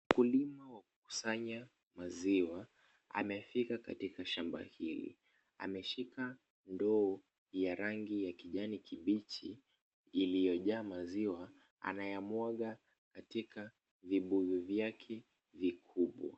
Mkulima anakusanya maziwa amefika katika shamba hili. Ameshika ndoo ya rangi ya kijani kibichi iliyojaa maziwa anayamwaga katika vibuyu vyake vikubwa.